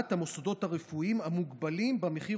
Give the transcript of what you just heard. שמיעת המוסדות הרפואיים המוגבלים במחיר